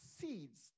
seeds